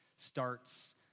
starts